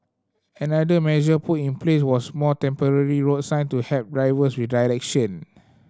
another measure put in place was more temporary road sign to help drivers with direction